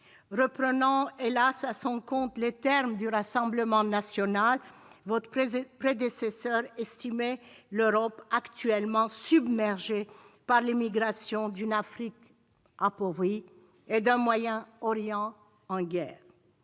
Reprenant, hélas, à son compte les mots du Rassemblement national, votre prédécesseur estimait que l'Europe était actuellement « submergée » par les migrations d'une Afrique appauvrie et d'un Moyen-Orient en guerre.